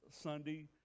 Sunday